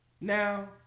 Now